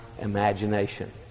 imagination